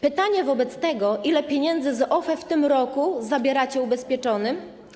Pytanie wobec tego: Ile pieniędzy z OFE w tym roku zabieracie ubezpieczonym?